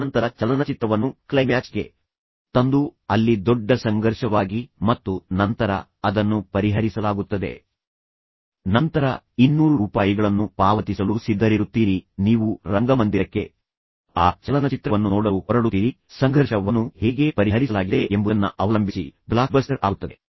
ತದನಂತರ ಚಲನಚಿತ್ರವನ್ನು ಕ್ಲೈಮ್ಯಾಕ್ಸ್ಗೆ ತಂದು ಅಲ್ಲಿ ದೊಡ್ಡ ಸಂಘರ್ಷವಾಗಿ ಮತ್ತು ನಂತರ ಅದನ್ನು ಪರಿಹರಿಸಲಾಗುತ್ತದೆ ನಂತರ ನೀವು ನಿಮ್ಮ ಇನ್ನೂರು ರೂಪಾಯಿಗಳನ್ನು ಪಾವತಿಸಲು ಸಿದ್ಧರಿರುತ್ತೀರಿ ತದನಂತರ ನೀವು ರಂಗಮಂದಿರಕ್ಕೆ ಆ ಚಲನಚಿತ್ರವನ್ನು ನೋಡಲು ಹೊರಡುತ್ತೀರಿ ಮತ್ತು ಸಂಘರ್ಷದ ವಿಧಾನವನ್ನು ಹೇಗೆ ಪರಿಹರಿಸಲಾಗಿದೆ ಎಂಬುದನ್ನ ಅವಲಂಬಿಸಿ ಚಲನಚಿತ್ರವು ಬ್ಲಾಕ್ಬಸ್ಟರ್ ಆಗುತ್ತದೆ